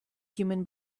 human